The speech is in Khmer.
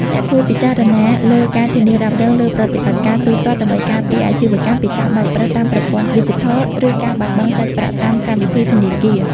អ្នកគួរពិចារណាលើ ការធានារ៉ាប់រងលើប្រតិបត្តិការទូទាត់ ដើម្បីការពារអាជីវកម្មពីការបោកប្រាស់តាមប្រព័ន្ធឌីជីថល ឬការបាត់បង់សាច់ប្រាក់តាមកម្មវិធីធនាគារ។